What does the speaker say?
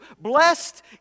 Blessed